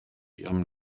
ihrem